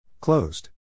Closed